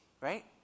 right